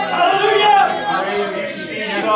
Hallelujah